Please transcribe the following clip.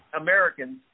Americans